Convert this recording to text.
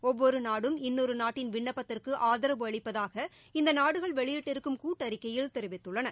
ஒவ்வொரு நாடும் இன்னொரு நாட்டின் விண்ணப்பத்திற்கு ஆதரவு அளிப்பதாக இந்த நாடுகள் வெளியிட்டிருக்கும் கூட்டறிக்கையில் தெரிவித்துள்ளன